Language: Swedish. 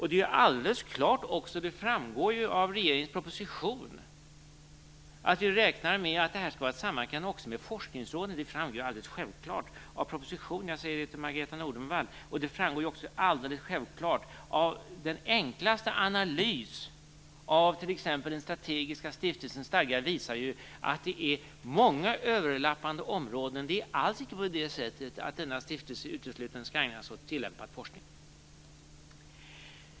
Det är ju alldeles klart, och det framgår av regeringens proposition, att vi räknar att det här skall vara en samverkan också med Forskningsrådet. Det framgår ju alldeles självklart av propositionen - jag säger detta till Margareta E Nordenvall. Den allra enklaste analys av t.ex. den strategiska stiftelsens stadgar visar ju att det är fråga om många överlappande områden. Det är inte alls på det sättet att denna stiftelse uteslutande skall ägna sig åt tillämpad forskning.